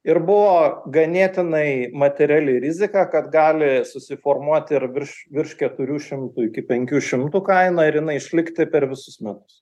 ir buvo ganėtinai materiali rizika kad gali susiformuot ir virš virš keturių šimtų iki penkių šimtų kaina ir inai išlikti per visus metus